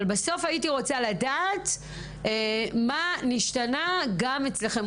אבל בסוף הייתי רוצה לדעת מה נשתנה גם אצלכם.